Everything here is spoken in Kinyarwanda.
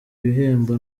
ibihembo